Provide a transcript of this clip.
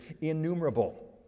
innumerable